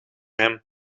hem